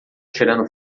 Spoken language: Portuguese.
tirando